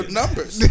numbers